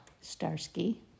Starsky